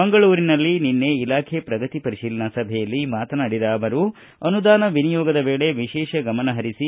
ಮಂಗಳೂರಿನಲ್ಲಿ ನಿನ್ನೆ ಇಲಾಖೆ ಪ್ರಗತಿ ಪರಿತೀಲನಾ ಸಭೆಯಲ್ಲಿ ಮಾತನಾಡಿದ ಅವರು ಅನುದಾನ ವಿನಿಯೋಗದ ವೇಳೆ ವಿಶೇಷ ಗಮನಪರಿಸಿ